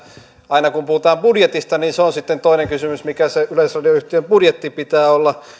aina kun puhutaan budjetista niin se on sitten toinen kysymys mikä sen yleisradioyhtiön budjetin pitää olla